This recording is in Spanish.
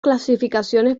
clasificaciones